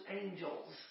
angels